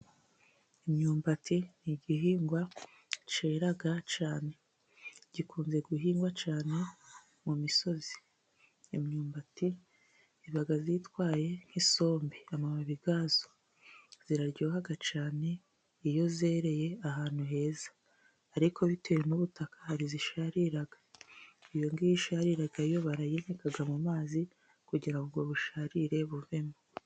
Imyumbati ni igihingwa cyera cyane. Gikunze guhingwa cyane mu misozi. Imyumbati iba yitwaye nk'isombe, amababi yazo. Iraryoha cyane iyo yereye ahantu heza. Ariko bitewe n'ubutaka hari isharira. Iyongiyo isharira yo barayinika mu mazi, kugira ubwo busharire buvemo.